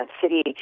city